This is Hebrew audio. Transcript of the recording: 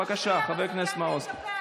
זאת סמכות של יושב-ראש על פי,